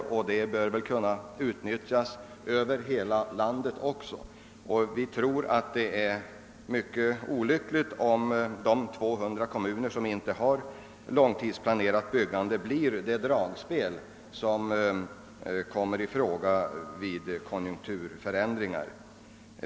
Det bör väl kunna utnyttjas i hela landet. Enligt vår åsikt vore det mycket olyckligt om de 200 kommuner som saknar långtidsplanerat byggande blir dragspelet vid konjunkturförändringar.